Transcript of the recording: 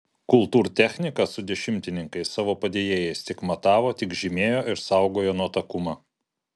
kultūrtechnikas su dešimtininkais savo padėjėjais tik matavo tik žymėjo ir saugojo nuotakumą